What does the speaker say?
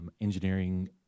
engineering